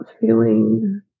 feeling